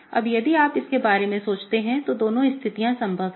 अब यदि आप इसके बारे में सोचते हैं तो दोनों स्थितियां संभव है